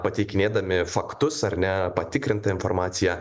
pateikinėdami faktus ar ne patikrintą informaciją